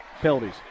penalties